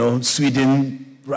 Sweden